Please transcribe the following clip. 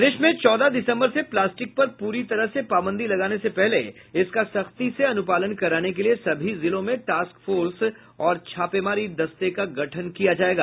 प्रदेश में चौदह दिसम्बर से प्लास्टिक पर पूरी तरह से पाबंदी लगाने से पहले इसका सख्ती से अनुपालन कराने के लिए सभी जिलों में टास्क फोर्स और छापेमारी दस्ता का गठन किया जायेगा